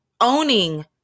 owning